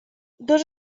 dos